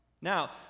Now